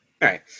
right